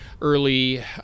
early